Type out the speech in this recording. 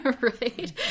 right